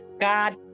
God